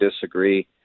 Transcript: disagree